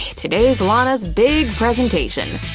today's lana's big presentation!